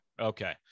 okay